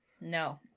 No